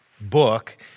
book